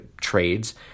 trades